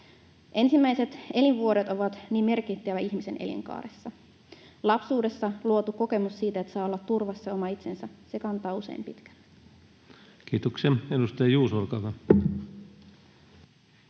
ensimmäiset elinvuodet ovat niin merkittävät ihmisen elinkaaressa. Lapsuudessa luotu kokemus siitä, että saa olla turvassa oma itsensä kantaa usein pitkälle. [Speech 178] Speaker: